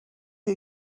you